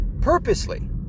purposely